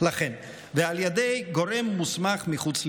על ידי גורם מוסמך מחוץ לישראל.